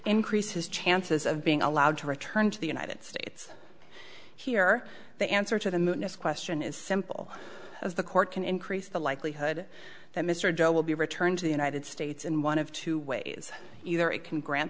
increase his chances of being allowed to return to the united states here the answer to the moon next question is simple as the court can increase the likelihood that mr joe will be returned to the united states in one of two ways either it can gran